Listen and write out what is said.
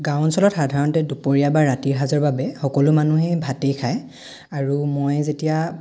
গাঁও অঞ্চলত সাধাৰণতে দুপৰীয়া বা ৰাতিৰ সাঁজৰ বাবে সকলো মানুহে ভাতেই খায় আৰু মই যেতিয়া